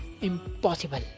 impossible